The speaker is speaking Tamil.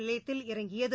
நிலையத்தில் இறங்கியது